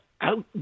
out